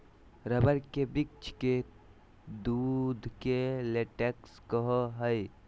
rubber के वृक्ष के दूध के लेटेक्स कहो हइ